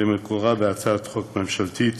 שמקורה בהצעת חוק ממשלתית